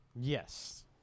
Yes